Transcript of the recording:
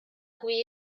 qui